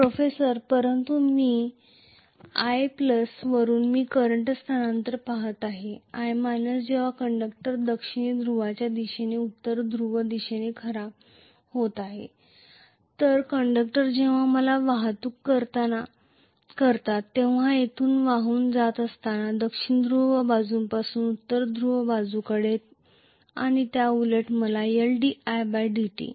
professor परंतु मी I वरून I करंट स्थानांतर पाहत आहे जेव्हा कंडक्टर दक्षिणी ध्रुवाच्या दिशेने उत्तर ध्रुव दिशेने सदोष होत आहेत तर दक्षिण ध्रुव बाजूपासून उत्तर ध्रुव बाजूकडे तेथे वाहून जात असतांना आणि त्याउलट कंडक्टर द्वारे वाहून जाणारा कुठलाही करंट तेथे नसतो